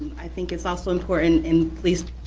i think it's also important, and please,